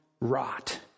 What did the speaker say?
rot